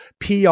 PR